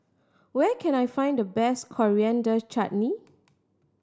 where can I find the best Coriander Chutney